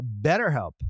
BetterHelp